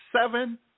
seven